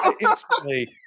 instantly